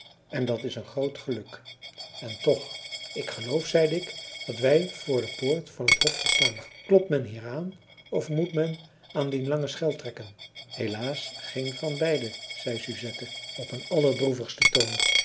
en dat is een groot geluk en toch ik geloof zeide ik dat wij voor de poort van het hofje staan klopt men hier aan of moet men aan dien langen schel trekken helaas geen van beiden zei suzette op een allerdroevigsten toon